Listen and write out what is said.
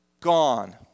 gone